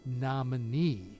nominee